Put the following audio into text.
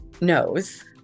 knows